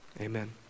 Amen